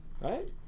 Right